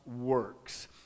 works